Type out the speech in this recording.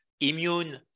immune